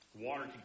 water